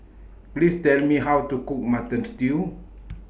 Please Tell Me How to Cook Mutton Stew